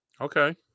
Okay